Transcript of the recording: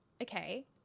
okay